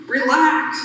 Relax